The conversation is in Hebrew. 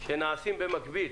שנעשים במקביל